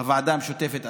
בוועדה המשותפת,